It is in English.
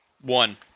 One